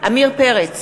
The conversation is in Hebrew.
עמיר פרץ,